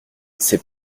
c’est